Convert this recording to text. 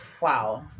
wow